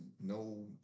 no